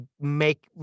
make